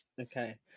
Okay